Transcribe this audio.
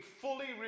fully